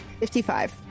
55